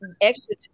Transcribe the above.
extra